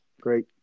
great